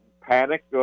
panic